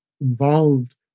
involved